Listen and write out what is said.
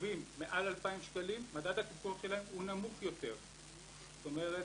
שגובים מעל 2,000 שקלים הוא נמוך יותר, זאת אומרת,